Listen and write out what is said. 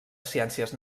ciències